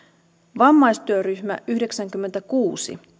vammaistyöryhmä yhdeksänkymmentäkuusi